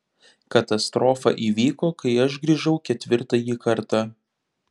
katastrofa įvyko kai aš grįžau ketvirtąjį kartą